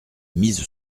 mise